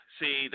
see